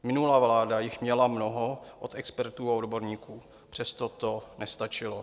Minulá vláda jich měla mnoho od expertů a odborníků, přesto to nestačilo.